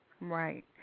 right